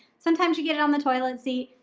sometimes you get it on the toilet seat,